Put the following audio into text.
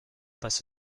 passe